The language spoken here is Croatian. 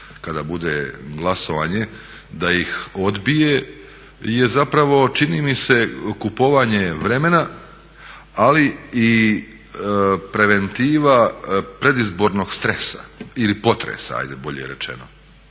kada bude glasovanje da ih odbije, je zapravo čini mi se kupovanje vremena ali i preventiva predizborno stresa ili potresa ajde bolje rečeno,